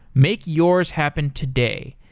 make yours happen today.